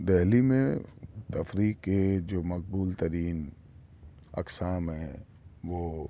دہلی میں تفریح کے جو مقبول ترین اقسام ہیں وہ